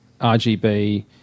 RGB